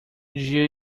dia